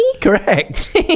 Correct